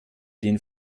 den